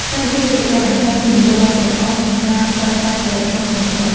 កម្មវិធី មាតិកាកម្សាន្តជាមធ្យោបាយដ៏ល្អក្នុងការ ផ្សព្វផ្សាយផលិតផល ក្នុងស្រុក។